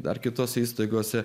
dar kitose įstaigose